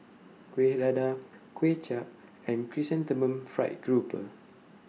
Kuih Dadar Kuay Chap and Chrysanthemum Fried Grouper